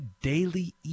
daily